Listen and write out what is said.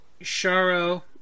Sharo